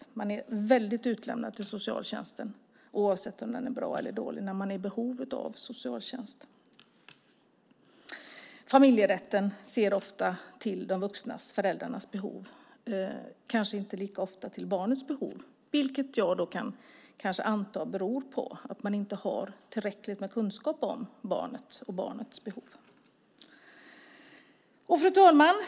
Men man är väldigt utlämnad till socialtjänsten, oavsett om den är bra eller dålig, när man är i behov av socialtjänsten. Familjerätten ser ofta till de vuxnas, föräldrarnas, behov men kanske inte lika ofta till barnets behov, vilket kan antas bero på att man inte har tillräckligt med kunskap om barnet och barnets behov. Fru talman!